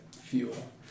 fuel